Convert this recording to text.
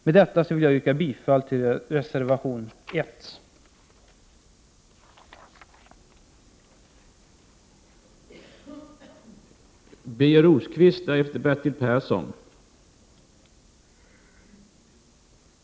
Med detta vill jag yrka bifall till reservation 1.